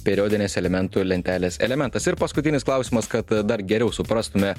periodinės elementų lentelės elementas ir paskutinis klausimas kad dar geriau suprastume